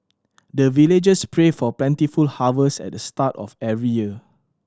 the villagers pray for plentiful harvest at the start of every year